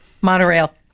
Monorail